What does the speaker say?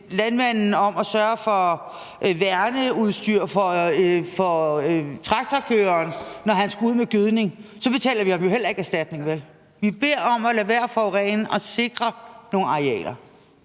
landmanden om at sørge for værneudstyr til traktorkøreren, når han skal ud med gødning, ville man jo heller ikke betale ham erstatning. Her beder vi ham om at lade være med at forurene og om at sikre nogle arealer.